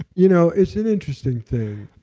you know, it's an interesting thing,